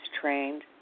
trained